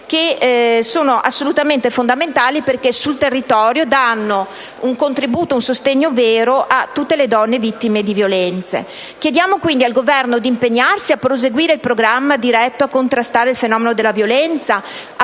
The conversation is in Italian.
che sono assolutamente fondamentali perché sul territorio danno un contributo vero a tutte le donne vittime di violenza. Chiediamo quindi al Governo di impegnarsi a proseguire il programma diretto a contrastare il fenomeno della violenza